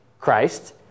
Christ